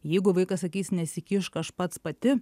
jeigu vaikas sakys nesikišk aš pats pati